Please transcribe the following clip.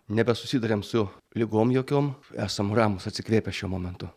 nebesusiduriam su ligom jokiom esam ramūs atsikvėpę šiuo momentu